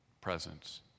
presence